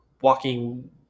walking